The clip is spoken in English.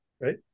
Right